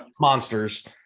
monsters